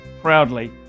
proudly